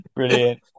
Brilliant